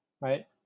Right